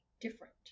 different